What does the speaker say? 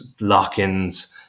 lock-ins